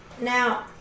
Now